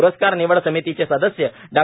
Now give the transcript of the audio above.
प्रस्कार निवड समितीचे सदस्य डॉ